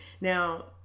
Now